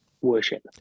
worship